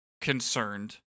Concerned